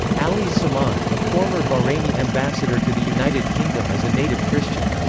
alees samaan, a former bahraini ambassador to the united kingdom is a native christian.